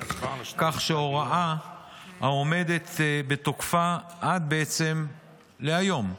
כך שההוראה עומדת בתוקפה עד היום בעצם,